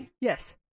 Yes